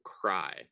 cry